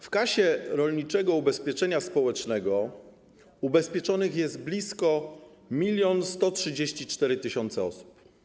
W Kasie Rolniczego Ubezpieczenia Społecznego ubezpieczonych jest blisko 1134 tys. osób.